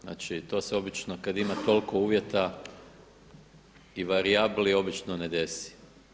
Znači to se obično kad ima toliko uvjeta i varijabli obično ne desi.